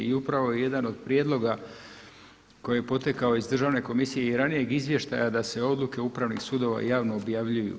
I upravo je jedan od prijedloga koji je potekao iz državne komisije i ranijeg izvještaja da se odluke upravnih sudova javno objavljuju.